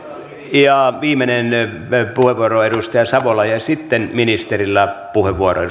viimeinen puheenvuoro edustaja savola ja ja sitten ministerillä puheenvuoro